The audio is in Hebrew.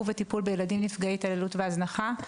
וטיפול בילדים נפגעי התעללות והזנחה.